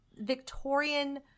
Victorian